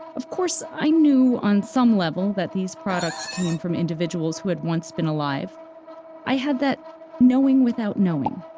of course, i knew on some level that these products came from individuals who had once been alive i had that knowing without knowing.